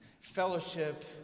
fellowship